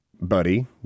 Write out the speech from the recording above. Buddy